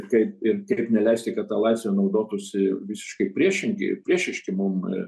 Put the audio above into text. kaip ir kaip neleisti kad ta laisve naudotųsi visiškai priešingi ir priešiški mum